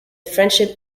friendship